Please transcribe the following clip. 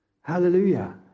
hallelujah